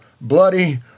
bloody